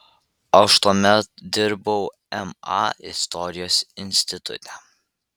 aš tuomet dirbau ma istorijos institute